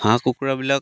হাঁহ কুকুৰাবিলাক